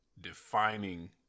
defining